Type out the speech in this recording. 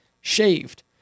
shaved